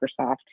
Microsoft